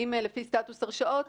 לפי סטטוס הרשאות,